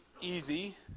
easy